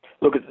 Look